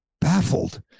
baffled